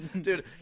Dude